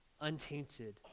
untainted